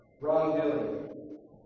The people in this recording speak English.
Wrongdoing